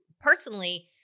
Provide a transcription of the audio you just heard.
personally